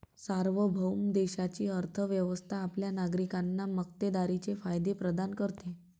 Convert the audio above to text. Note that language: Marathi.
सार्वभौम देशाची अर्थ व्यवस्था आपल्या नागरिकांना मक्तेदारीचे फायदे प्रदान करते